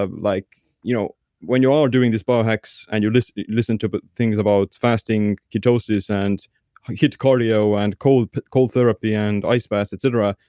ah like you know when you are doing these bio-hacks and you listen listen to but things about fasting, ketosis and hiit cardio and cold cold therapy and ice baths, etc,